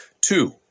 Two